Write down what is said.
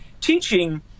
teaching